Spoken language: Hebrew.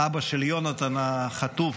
אבא של יונתן החטוף,